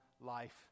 life